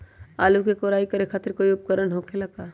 आलू के कोराई करे खातिर कोई उपकरण हो खेला का?